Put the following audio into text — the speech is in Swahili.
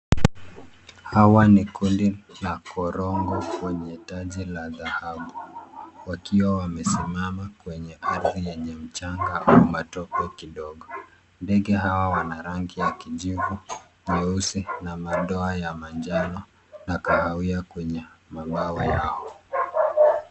Hawa ni kundi la korongo wenye taji la dhahabu. Wakiwa wamesimama kwenye ardhi yenye mchanga au matope kidogo, ndege hawa wana rangi ya kijivu, nyeusi na madoa ya manjano na kahawia kwenye mabawa yao.